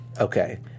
Okay